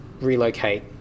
relocate